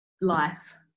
life